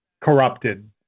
corrupted